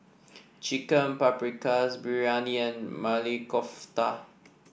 Chicken Paprikas Biryani and Maili Kofta